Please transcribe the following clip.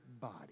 body